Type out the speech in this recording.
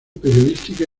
periodística